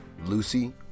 Lucy